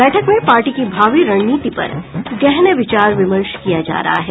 बैठक में पार्टी की भावी रणनीति पर गहन विचार विमर्श किया जा रहा है